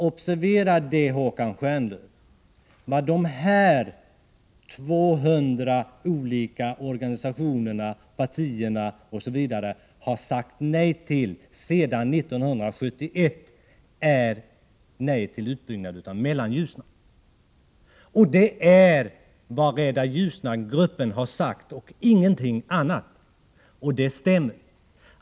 Observera, Håkan Stjernlöf, att vad de här 200 organisationerna och partierna har sagt nej till sedan 1971 är en utbyggnad av Mellanljusnan. Detta är också vad Rädda Ljusnan-gruppen har sagt — ingenting annat.